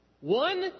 One